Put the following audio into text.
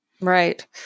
Right